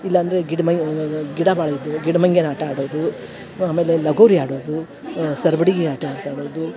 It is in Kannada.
ಇಲ್ಲಾಂದರೆ ಗಿಡ ಮೇ ಗಿಡ ಬಾಳಿದ್ದು ಗಿಡ ಮಂಗ್ಯನ ಆಟ ಆಡೋದು ಆಮೇಲೆ ಲಗೋರಿ ಆಡೋದು ಸರ್ಬಡಗಿ ಆಟ ಅಂತ ಆಡೋದು